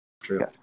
true